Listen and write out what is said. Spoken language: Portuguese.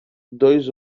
dois